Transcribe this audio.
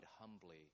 humbly